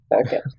Okay